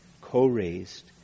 co-raised